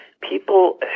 People